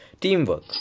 Teamwork